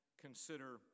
consider